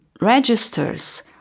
registers